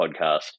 podcast